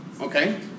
okay